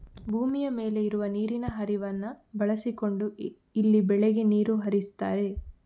ಭೂಮಿಯ ಮೇಲೆ ಇರುವ ನೀರಿನ ಹರಿವನ್ನ ಬಳಸಿಕೊಂಡು ಇಲ್ಲಿ ಬೆಳೆಗೆ ನೀರು ಹರಿಸ್ತಾರೆ